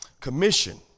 commission